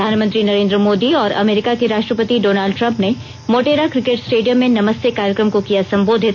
प्रधानमंत्री नरेंद्र मोदी और अमेरिका के राष्ट्रपति डोनाल्ड ट्रंप ने मोटेरा किकेट स्टेडियम में नमस्ते कार्यक्रम को किया संबोधित